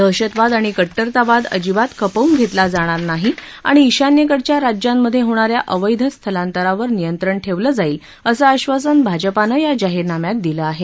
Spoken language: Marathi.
दहशतवाद आणि कड्ठरतावाद अजिबात खपवून घेतला जाणार नाही आणि ईशान्यकडच्या राज्यामधे होणाऱ्या अवैध स्थालांतरावर नियत्रंण ठेवलं जाईल असं आश्वासन भाजपानं या जाहीरनाम्यात दिलं आहे